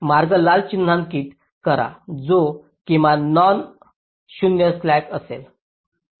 तर मार्ग लाल चिन्हांकित करा जो किमान नॉन 0 स्लॅक असेल